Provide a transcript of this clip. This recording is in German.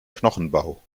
knochenbau